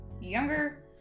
younger